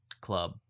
club